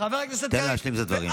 תן להשלים את הדברים.